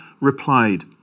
replied